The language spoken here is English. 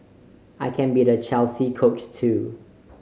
I can be the Chelsea Coach too